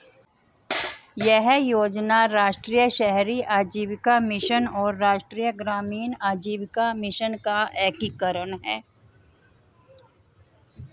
यह योजना राष्ट्रीय शहरी आजीविका मिशन और राष्ट्रीय ग्रामीण आजीविका मिशन का एकीकरण है